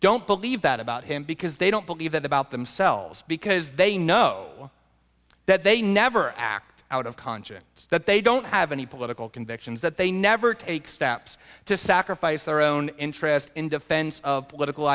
don't believe that about him because they don't believe that about themselves because they know that they never act out of conjuncts that they don't have any political convictions that they never take steps to sacrifice their own interests in defense of political